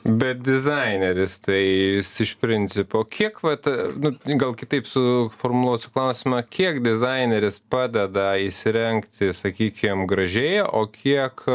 bet dizaineris tai iš principo kiek vat nu gal kitaip suformuluosiu klausimą kiek dizaineris padeda įsirengti sakykim gražėja o kiek